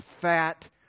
fat